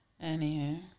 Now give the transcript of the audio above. Anyhow